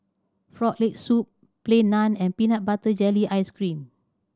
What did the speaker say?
Frog Leg Soup Plain Naan and peanut butter jelly ice cream